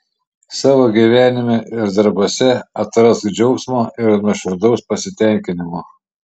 savo gyvenime ir darbuose atrask džiaugsmo ir nuoširdaus pasitenkinimo